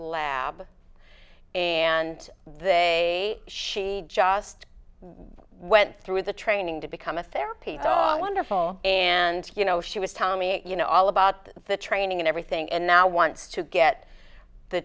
lab and they she just went through the training to become a therapy dog wonderful and you know she was telling me you know all about the training and everything and now wants to get the